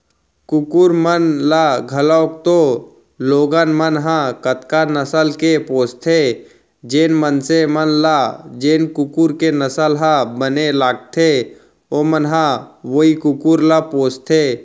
कुकुर मन ल घलौक तो लोगन मन ह कतका नसल के पोसथें, जेन मनसे मन ल जेन कुकुर के नसल ह बने लगथे ओमन ह वोई कुकुर ल पोसथें